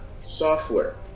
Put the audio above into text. software